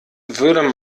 würde